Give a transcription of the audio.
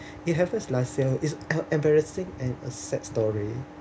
you have heard last year is a embarrassing and a sad story